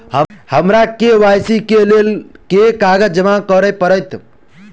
हमरा के.वाई.सी केँ लेल केँ कागज जमा करऽ पड़त?